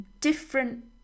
different